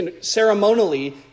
ceremonially